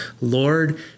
Lord